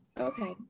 Okay